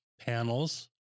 Panels